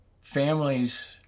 families